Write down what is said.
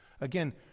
Again